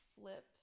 flip